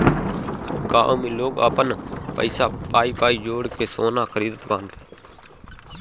गांव में लोग आपन पाई पाई जोड़ के सोना खरीदत बाने